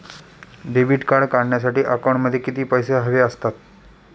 Debit card काढण्यासाठी अकाउंटमध्ये किती पैसे हवे असतात?